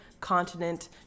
continent